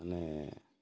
ମାନେ